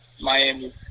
Miami